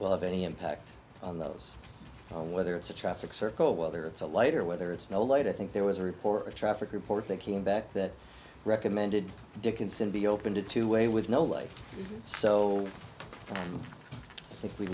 have any impact on those whether it's a traffic circle whether it's a light or whether it's no light at think there was a report a traffic report that came back that recommended dickinson be open to two way with no light so if we